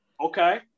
Okay